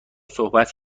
صحبت